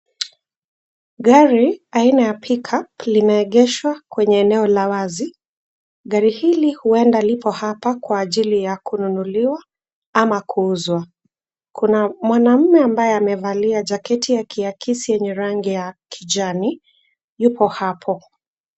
Gari aina ya pickup limeegeshwa kwenye eneo la wazi. Gari hili huenda lipo hapa kwa ajili ya kununuliwa ama kuuzwa. Kuna mwanaume ambaye amevalia jaketi akiakisi yenye rangi ya kijani, yupo hapo.